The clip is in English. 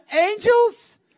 angels